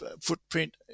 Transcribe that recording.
footprint